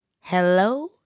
Hello